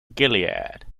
gilead